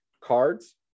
cards